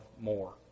more